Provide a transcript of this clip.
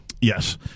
Yes